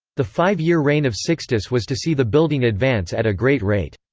the five-year reign of sixtus was to see the building advance at a great rate.